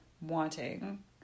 wanting